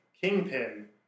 Kingpin